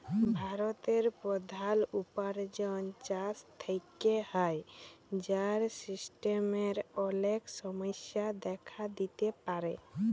ভারতের প্রধাল উপার্জন চাষ থেক্যে হ্যয়, যার সিস্টেমের অলেক সমস্যা দেখা দিতে পারে